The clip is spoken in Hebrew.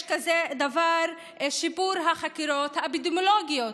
יש כזה דבר שיפור החקירות האפידמיולוגיות,